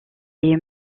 est